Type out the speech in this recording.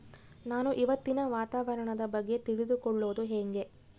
ನಾನು ಇವತ್ತಿನ ವಾತಾವರಣದ ಬಗ್ಗೆ ತಿಳಿದುಕೊಳ್ಳೋದು ಹೆಂಗೆ?